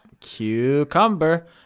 Cucumber